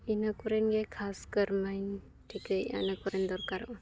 ᱤᱱᱟᱹ ᱠᱚᱨᱮᱜᱮ ᱠᱷᱟᱥᱠᱟᱨ ᱢᱟᱧ ᱴᱷᱤᱠᱟᱹᱭᱮᱫᱼᱟ ᱚᱱᱟ ᱠᱚᱨᱮ ᱫᱚᱨᱠᱟᱨᱚᱜᱼᱟ